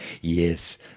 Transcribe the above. Yes